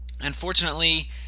Unfortunately